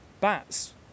bats